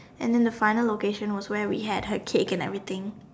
and then the final location was where we had her cake and everything